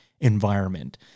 environment